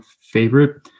favorite